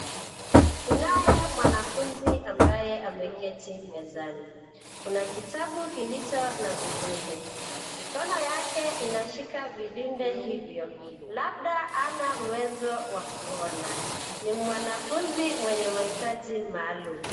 Kunaye mwanafunzi ambaye ameketi mezani. Kuna kitabu kilicho na vidude. Mikono yake inashika vidude hivyo, labda hana uwezo wa kuona. Ni mwanafunzi mwenye mahitaji maalum.